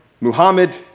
Muhammad